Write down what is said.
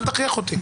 אל תכריח אותי.